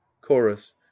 chorus